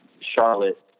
Charlotte